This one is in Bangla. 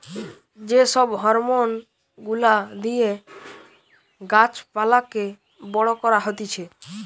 যে সব হরমোন গুলা দিয়ে গাছ পালাকে বড় করা হতিছে